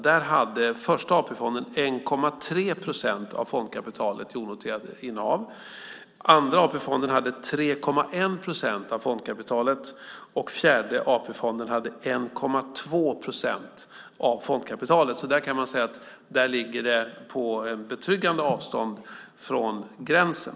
Första AP-fonden hade 1,3 procent av fondkapitalet i onoterade innehav, Andra AP-fonden hade 3,1 procent och Fjärde AP-fonden hade 1,2 procent. Där ligger det på betryggande avstånd från gränsen.